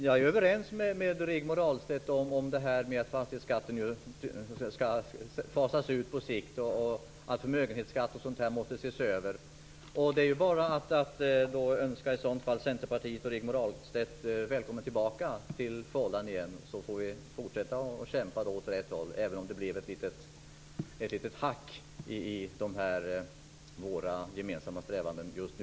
Jag är överens med Rigmor Ahlstedt om att fastighetsskatten bör fasas ut på sikt och att förmögenhetsskatten måste ses över. Det är i så fall bara att önska Centern välkommen tillbaka till fållan igen så får vi fortsätta att kämpa åt rätt håll, även om det för tillfället har blivit ett litet hack i våra gemensamma strävanden.